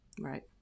Right